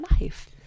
life